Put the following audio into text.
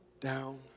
down